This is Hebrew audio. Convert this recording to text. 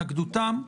התנגדותם.